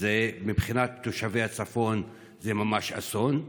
שמבחינת תושבי הצפון זה ממש אסון.